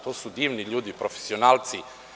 To su divni ljudi, profesionalci.